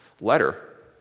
letter